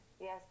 Yes